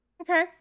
okay